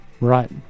right